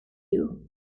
you